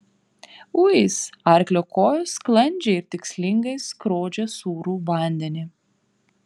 uis arklio kojos sklandžiai ir tikslingai skrodžia sūrų vandenį